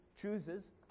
chooses